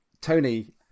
tony